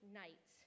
night